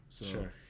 sure